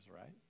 right